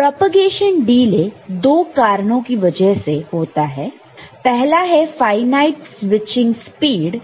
propagation delay दो कारणों की वजह से होता है पहला है फाइनाइट स्विचिंग स्पीड